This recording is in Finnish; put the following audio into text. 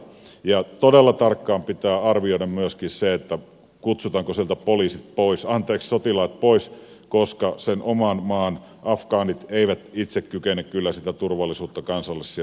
ja todella tarkkaan pitää arvioida myöskin se kutsutaanko sieltä sotilaat pois koska sen oman maan väestö afgaanit ei itse kykene kyllä sitä turvallisuutta kansallisia